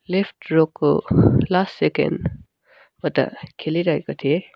left रोको last सेकेन्डबाट खेलिरहेको थिएँ